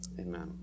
Amen